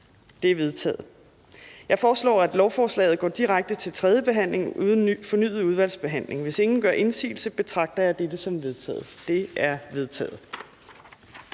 De er vedtaget. Jeg foreslår, at lovforslaget går direkte til tredje behandling uden fornyet udvalgsbehandling. Hvis ingen gør indsigelse, betragter jeg dette som vedtaget. Det er vedtaget.